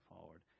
forward